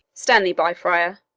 stand thee by, friar.